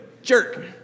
Jerk